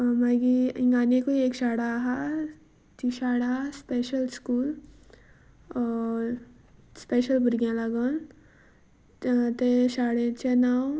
मागीर हांगा आनिकूय एक शाळा आसा ती शाळा स्पेशल स्कूल स्पेशल भुरग्यां लागून तें शाळेचें नांव